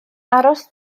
aros